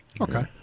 Okay